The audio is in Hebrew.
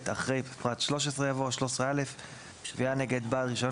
אחרי פרט 13 יבוא: "13א.תביעה נגד בעל רישיון